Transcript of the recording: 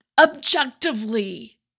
objectively